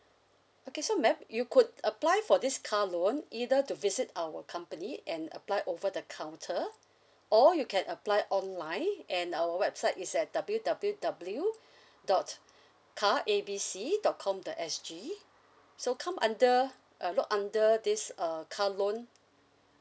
okay so may I you could apply for this car loan either to visit our company and apply over the counter or you can apply online and our website is at www dot carabc dot com dot sg so come under uh look under this err car loan